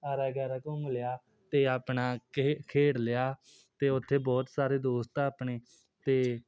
ਘੁੰਮ ਲਿਆ ਅਤੇ ਆਪਣਾ ਖੇ ਖੇਡ ਲਿਆ ਅਤੇ ਉੱਥੇ ਬਹੁਤ ਸਾਰੇ ਦੋਸਤ ਆ ਆਪਣੇ ਅਤੇ